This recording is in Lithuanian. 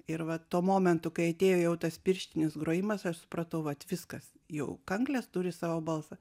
ir va tuo momentu kai atėjo jau tas pirštinis grojimas aš supratau vat viskas jau kanklės turi savo balsą